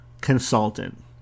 consultant